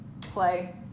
Play